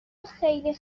خیلی